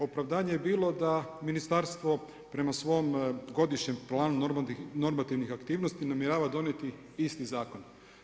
Opravdanje je bilo da ministarstvo prema svom godišnjem planu normativnih aktivnosti namjerava donijeti isti zakon.